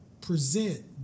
present